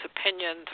opinions